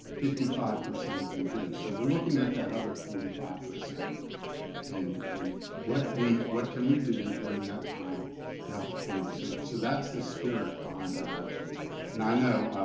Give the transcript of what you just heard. fifty five percent of them do. so we're looking at that other forty five. and and what we, what can we do during that time to help the families so so that's the spirit behind our actions and i know,